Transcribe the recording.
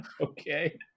Okay